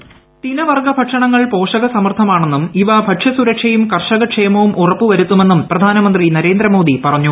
voice തിനവർഗ്ഗ ഭക്ഷണങ്ങൾ പോഷകസമൃദ്ധമാണെന്നും ഇവ ഭക്ഷ്യസുര ക്ഷയും കർഷകക്ഷേമവും ഉറപ്പു വരുത്തുമെന്നും പ്രധാനമന്ത്രി നരേന്ദ്ര മോദി പറഞ്ഞു